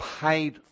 paid